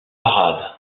parade